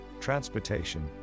transportation